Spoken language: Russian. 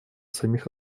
самих